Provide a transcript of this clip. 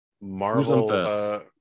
Marvel